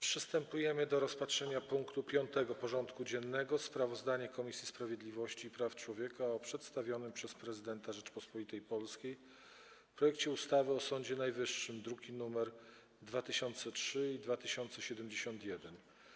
Przystępujemy do rozpatrzenia punktu 5. porządku dziennego: Sprawozdanie Komisji Sprawiedliwości i Praw Człowieka o przedstawionym przez Prezydenta Rzeczypospolitej Polskiej projekcie ustawy o Sądzie Najwyższym (druki nr 2003 i 2071)